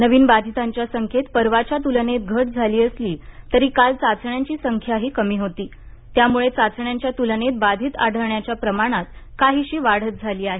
नवीन बाधितांच्या संख्येत परवाच्या तुलनेत घट झाली असली तरी काल चाचण्यांची संख्याही कमी होती त्यामुळे चाचण्यांच्या तुलनेत बाधित आढळण्याच्या प्रमाणात काहीशी वाढच झाली आहे